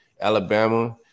Alabama